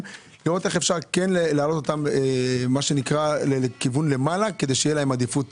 ולראות איך אפשר להעלות אותם למעלה כך שתהיה להם עדיפות